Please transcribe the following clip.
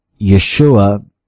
Yeshua